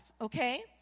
okay